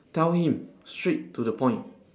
tell him straight to the point